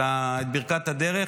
את ברכת הדרך,